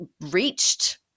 reached